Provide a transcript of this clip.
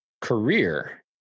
career